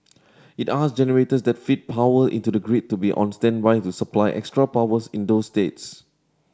it asked generators that feed power into the grid to be on standby to supply extra powers in those states